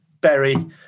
Berry